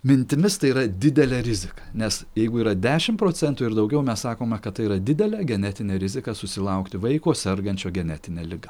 mintimis tai yra didelė rizika nes jeigu yra dešimt procentų ir daugiau mes sakome kad tai yra didelė genetinė rizika susilaukti vaiko sergančio genetine liga